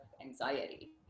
anxiety